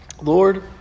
Lord